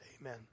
Amen